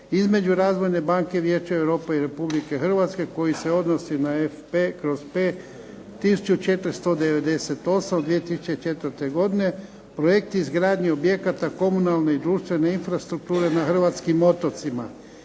između Razvojne banke Vijeća Europe i Republike Hrvatske koji se odnosi na F/P 1498 (2004) – projekt izgradnje objekata komunalne i društvene infrastrukture na hrvatskim otocima,